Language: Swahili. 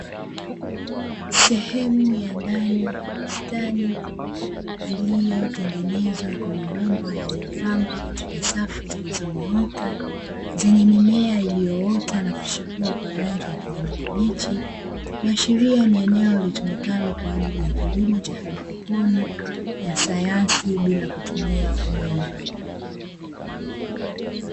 Sehemu ya ndani ya bustani iliyotengenezwa kwa mabomba yaliyopangwa katika safu zilizonyooka, zenye mimea iliyoota na kuchipua kwa rangi ya kijani kibichi, kuashiria ni eneo litumikalo kwa ajili ya kilimo cha haidroponi, ya sayansi bila kutumia udongo.